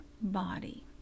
body